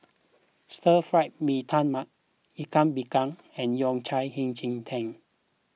Stir Fry Mee Tai Mak Ikan Bakar and Yao Cai Hei Ji Tang